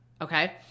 okay